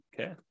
Okay